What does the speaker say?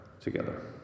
together